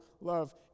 love